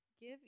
give